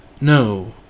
No